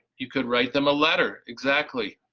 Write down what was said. you could write them a letter, exactly.